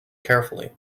carefully